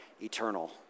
eternal